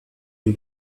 ihn